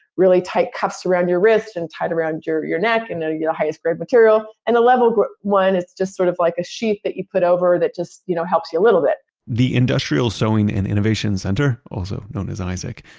really tight cuffs around your wrists and tight around your your neck and your highest grade material. and a level one is just sort of like a sheet that you put over that just, you know, helps you a little bit the industrial sewing and innovation center, also known as ah isaic,